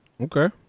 okay